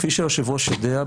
כפי שהיושב-ראש יודע,